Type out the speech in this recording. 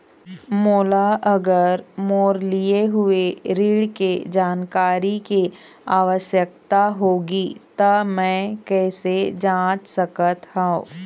मोला अगर मोर लिए हुए ऋण के जानकारी के आवश्यकता होगी त मैं कैसे जांच सकत हव?